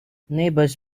neighbors